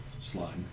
slide